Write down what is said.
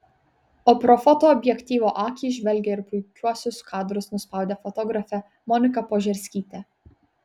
o pro fotoobjektyvo akį žvelgė ir puikiuosius kadrus nuspaudė fotografė monika požerskytė